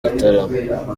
gitaramo